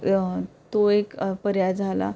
तो एक पर्याय झाला